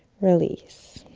release.